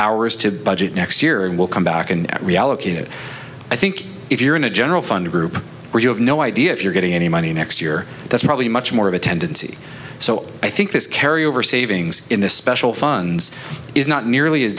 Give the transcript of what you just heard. ours to budget next year it will come back in at reallocated i think if you're in a general fund group where you have no idea if you're getting any money next year that's probably much more of a tendency so i think this carryover savings in this special funds is not nearly as